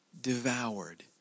Devoured